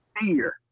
Fear